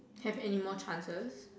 have any more chances